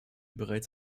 bereits